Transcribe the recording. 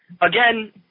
again